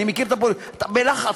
אני מכיר: אתה בלחץ,